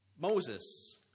Moses